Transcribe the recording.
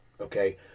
okay